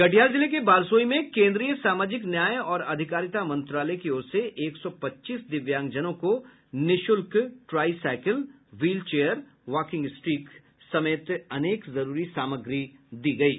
कटिहार जिले के बारसोई में केन्द्रीय सामाजिक न्याय और आधिकारिता मंत्रालय की ओर से एक सौ पच्चीस दिव्यांगजनों को निःशुल्क tricycle wheel chair walking stick समेत अन्य जरूरी सामग्री दी गयी